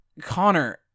Connor